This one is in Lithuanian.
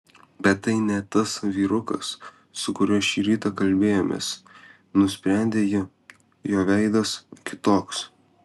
bet tai ne tas vyrukas su kuriuo šį rytą kalbėjomės nusprendė ji jo veidas kitoks